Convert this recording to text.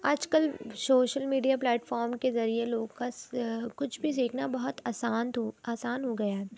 آج کل social media platform کے ذریعے لوگ کس کچھ بھی دیکھنا بہت آسان ہو آسان ہو گیا ہے